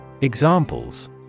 Examples